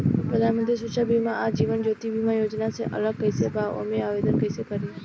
प्रधानमंत्री सुरक्षा बीमा आ जीवन ज्योति बीमा योजना से अलग कईसे बा ओमे आवदेन कईसे करी?